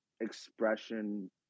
expression